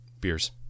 beers